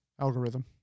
algorithm